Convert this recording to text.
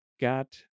got